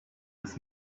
his